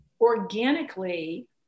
organically